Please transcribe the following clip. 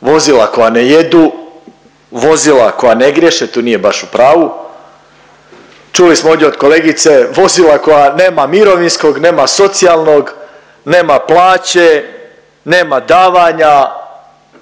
vozila koja ne jedu, vozila koja ne griješe, tu nije baš u pravu, čuli smo ovdje od kolegice, vozila koja nema mirovinskog, nema socijalnog, nema plaće, nema davanja,